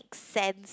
sense